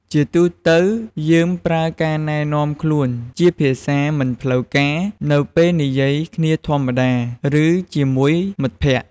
ជាទូទៅ យើងប្រើការណែនាំខ្លួនជាភាសាមិនផ្លូវការ នៅពេលនិយាយគ្នាធម្មតា ឬជាមួយមិត្តភក្តិ។